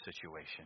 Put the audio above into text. situation